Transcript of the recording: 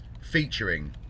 featuring